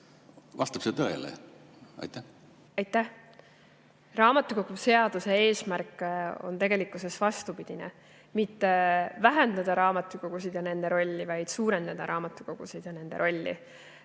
Vastab see tõele? Aitäh! Raamatukoguseaduse eesmärk on tegelikkuses vastupidine: mitte vähendada raamatukogude [arvu] ja nende rolli, vaid suurendada raamatukogude [arvu] ja nende rolli.